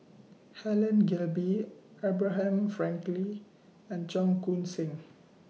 Helen Gilbey Abraham Frankel and Cheong Koon Seng